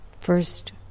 First